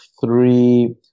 three